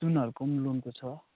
सुनहरूको पनि लोनको छ